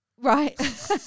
Right